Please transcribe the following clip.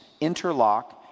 interlock